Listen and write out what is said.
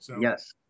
Yes